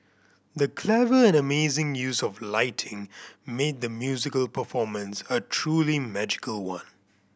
the clever and amazing use of lighting made the musical performance a truly magical one